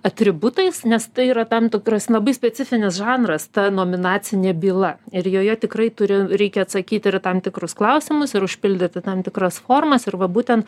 atributais nes tai yra tam tikras labai specifinis žanras ta nominacinė byla ir joje tikrai turi reikia atsakyti ir į tam tikrus klausimus ir užpildyti tam tikras formas ir va būten